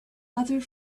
other